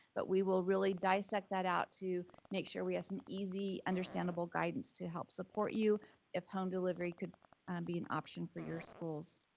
but we will really dissect that out to make sure we have some easy, understandable guidance to help support you if home delivery could be an option for your schools.